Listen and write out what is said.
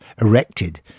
erected